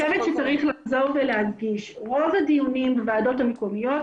אני חושבת שצריך לחזור ולהדגיש שרוב הדיונים בוועדות המקומיות,